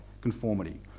conformity